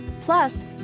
Plus